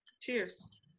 Cheers